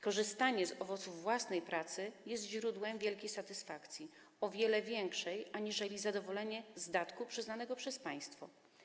Korzystanie z owoców własnej pracy jest źródłem wielkiej satysfakcji, o wiele większej aniżeli zadowolenie z datku przyznanego przez państwo.